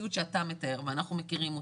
המציאות שאתה מתאר ואנחנו מכירים אותה,